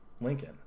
Lincoln